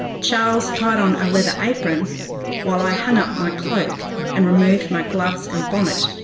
charles tied on a leather apron while i hung up my cloak and removed my gloves and bonnet,